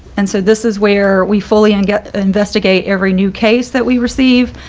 and so this is where we fully and get investigate every new case that we receive,